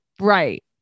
Right